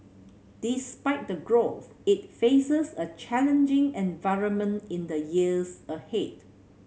despite the growth it faces a challenging environment in the years ahead